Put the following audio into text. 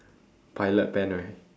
pilot pen right